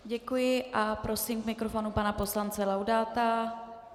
Děkuji a prosím k mikrofonu pana poslance Laudáta.